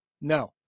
no